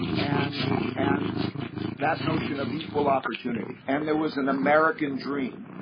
um and and that notion of equal opportunity. and there was an american dream.